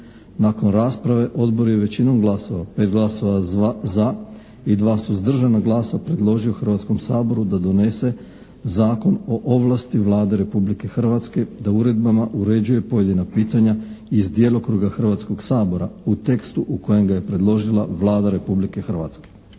Nakon rasprave odbor je većinom glasova, 5 glasova za i 2 suzdržana glasa predložio Hrvatskom saboru da donese Zakona o ovlasti Vlade Republike Hrvatske da uredbama uređuje pojedina pitanja iz djelokruga Hrvatskog sabora u tekstu u kojem ga je predložila Vlada Republike Hrvatske.